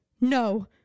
no